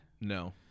No